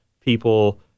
people